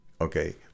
Okay